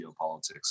geopolitics